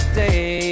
day